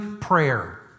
prayer